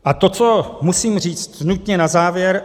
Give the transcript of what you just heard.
A to, co musím říct nutně na závěr.